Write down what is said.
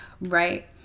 right